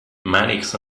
mannix